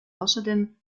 außerdem